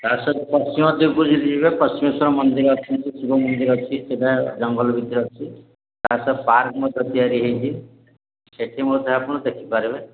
ତାହା ସହିତ ପଶ୍ଚମ ଦେବକୁଝି ଯିବେ ପଶ୍ଚିମେଶ୍ୱର ମନ୍ଦିର ଅଛନ୍ତି ଶିବ ମନ୍ଦିର ଅଛି ସେଟା ଜଙ୍ଗଲ ଭିତରେ ଅଛି ସେଇଟା ପାର୍କ ମଧ୍ୟ ତିଆରି ହେଇଛି ସେଠି ମଧ୍ୟ ଆପଣ ଦେଖିପାରିବେ